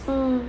mm